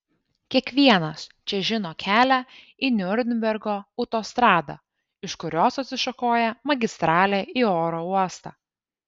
kiekvienas čia žino kelią į niurnbergo autostradą iš kurios atsišakoja magistralė į oro uostą